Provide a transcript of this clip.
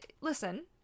listen